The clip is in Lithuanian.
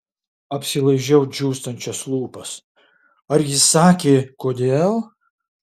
apsilaižau džiūstančias lūpas ar jis sakė kodėl